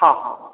हँ हँ